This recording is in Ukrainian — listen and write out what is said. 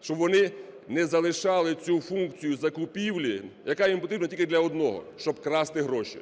Щоб вони не залишали цю функцію закупівлі, яка їм потрібна тільки для одного - щоб красти гроші,